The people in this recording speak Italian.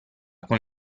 con